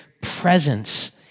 presence